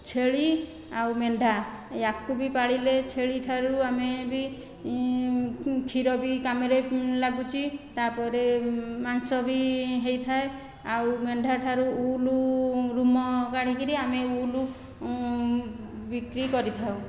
ଛେଳି ଆଉ ମେଣ୍ଢା ୟାକୁ ବି ପାଳିଲେ ଛେଳି ଠାରୁ ଆମେ ବି କ୍ଷୀର ବି କାମରେ ଲାଗୁଛି ତା'ପରେ ମାଂସ ବି ହୋଇଥାଏ ଆଉ ମେଣ୍ଢା ଠାରୁ ଉଲ୍ ରୁମ କାଢ଼ିକିରି ଉଲ୍ ବିକ୍ରି କରିଥାଉ